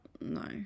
no